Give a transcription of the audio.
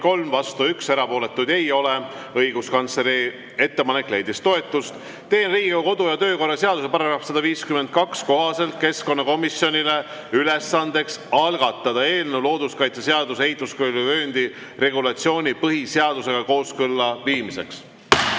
43, vastu 1, erapooletuid ei ole. Õiguskantsleri ettepanek leidis toetust. Teen Riigikogu kodu- ja töökorra seaduse § 152 kohaselt keskkonnakomisjonile ülesandeks algatada eelnõu looduskaitseseaduse ehituskeeluvööndi regulatsiooni põhiseadusega kooskõlla viimiseks.